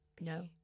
No